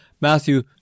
Matthew